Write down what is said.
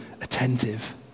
attentive